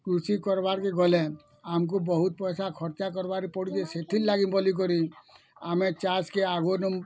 କୃଷି କର୍ବା କେ ଗଲେ ଆମକୁ ବହୁତ ପଇସା ଖର୍ଚ୍ଚା କରିବାରେ ପଡ଼ିଛି ସେଥିଲାଗି ବୋଲି କରି ଆମେ ଚାଷ୍ କେ ଆଗେନୁ